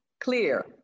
clear